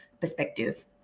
perspective